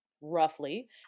roughly